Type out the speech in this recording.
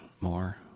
more